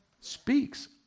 speaks